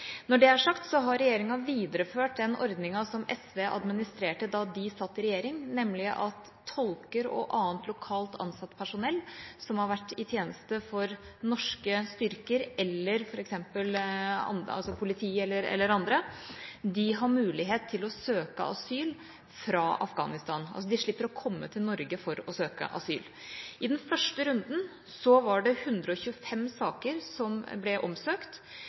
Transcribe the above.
Når det er sagt, har regjeringa videreført den ordninga som SV administrerte da de satt i regjering, nemlig at tolker og annet lokalt ansatt personell som har vært i tjeneste for norske styrker, politi eller andre, har mulighet til å søke asyl fra Afghanistan. De slipper altså å komme til Norge for å søke asyl. I den første runden var det 125 saker som ble omsøkt,